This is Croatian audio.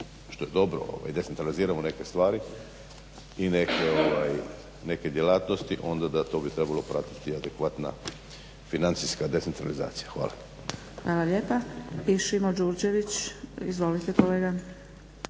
što je dobro, decentraliziramo neke stvari i neke djelatnosti onda da to bi trebalo pratiti adekvatna financijska decentralizacija. Hvala. **Zgrebec, Dragica (SDP)** Hvala lijepa. I Šimo Đurđević. Izvolite kolega.